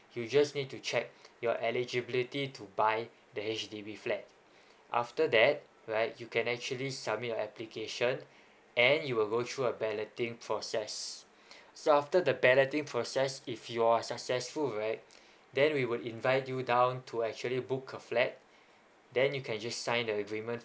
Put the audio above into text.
you just need to check your eligibility to buy the H_D_B flat after that right you can actually submit your application and you will go through a balloting process so after the balloting process if you are successful right then we will invite you down to actually book a flat then you can just sign the agreement